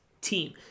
team